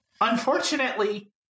Unfortunately